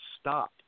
stop